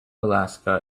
alaska